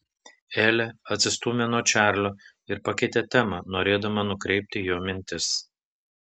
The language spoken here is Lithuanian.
elė atsistūmė nuo čarlio ir pakeitė temą norėdama nukreipti jo mintis